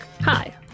Hi